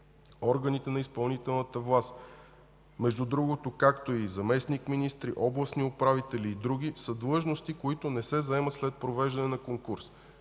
органите на изпълнителната власт – между другото както и заместник-министри, областни управители и други – са длъжности, които не се заемат след провеждане на конкурс.